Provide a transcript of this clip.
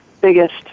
biggest